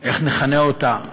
איך נכנה אותה,